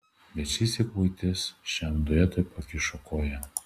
bet šįsyk buitis šiam duetui pakišo koją